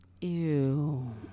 Ew